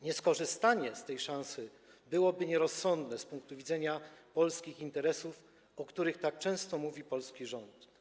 Nieskorzystanie z tej szansy byłoby nierozsądne z punktu widzenia polskich interesów, o których tak często mówi polski rząd.